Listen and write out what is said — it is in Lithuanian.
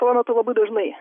tuo metu labai dažnai